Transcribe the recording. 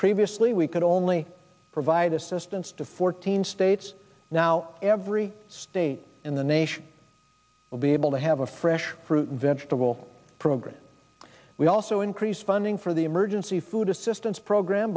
previously we could only provide assistance to fourteen states now every state in the nation will be able to have a fresh fruit and vegetable program we also increase funding for the emergency food assistance program